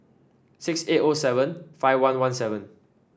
six eight O seven five one one seven